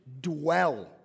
Dwell